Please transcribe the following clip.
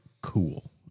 cool